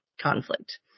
conflict